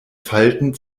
falten